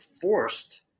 forced